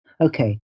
Okay